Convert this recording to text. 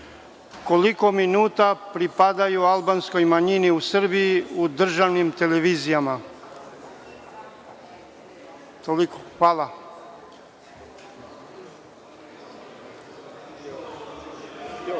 Koliko minuta pripada albanskoj manjini u Srbiji u državnim televizijama? Toliko. Hvala.